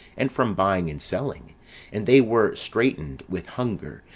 and from buying and selling and they were straitened with hunger,